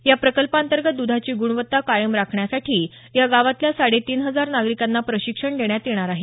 या प्रकल्पाअंतर्गत दुधाची गुणवत्ता कायम राखण्यासाठी या गावातल्या साडेतीन हजार नागरिकांना प्रशिक्षण देण्यात येणार आहे